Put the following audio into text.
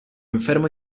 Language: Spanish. enfermo